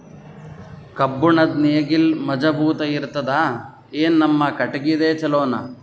ಕಬ್ಬುಣದ್ ನೇಗಿಲ್ ಮಜಬೂತ ಇರತದಾ, ಏನ ನಮ್ಮ ಕಟಗಿದೇ ಚಲೋನಾ?